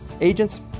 Agents